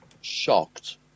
shocked